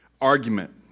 argument